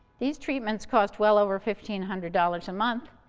these treatments cost well over fifteen hundred dollars a month,